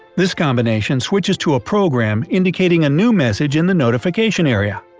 this combination switches to a program indicating a new message in the notification area.